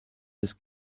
des